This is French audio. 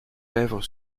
lèvres